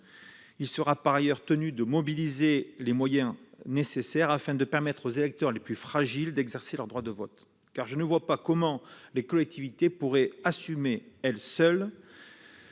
Il sera par ailleurs tenu de mobiliser les moyens nécessaires afin de permettre aux électeurs les plus fragiles d'exercer leur droit de vote. En effet, comment les collectivités pourraient-elles assumer, elles seules,